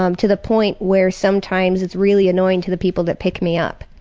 um to the point where sometimes it's really annoying to the people that pick me up.